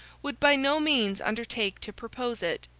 would by no means undertake to propose it,